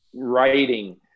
writing